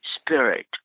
spirit